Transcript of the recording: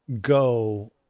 Go